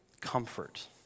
Comfort